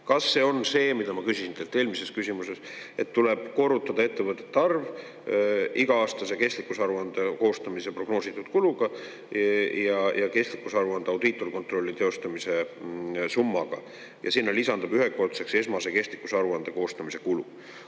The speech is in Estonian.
Kas see on see, mida ma küsisin teilt eelmises küsimuses? Kas tuleb korrutada ettevõtete arv iga-aastase kestlikkusaruande koostamise prognoositud kuluga ja kestlikkusaruande audiitorkontrolli teostamise summaga ja sinna lisandub ühekordseks esmase kestlikkusaruande koostamise kulu?